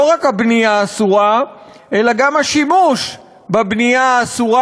לא רק הבנייה אסורה אלא גם השימוש בבנייה האסורה,